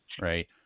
right